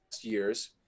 Years